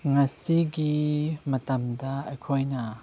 ꯉꯁꯤꯒꯤ ꯃꯇꯝꯗ ꯑꯩꯈꯣꯏꯅ